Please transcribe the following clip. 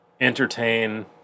entertain